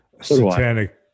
satanic